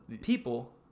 People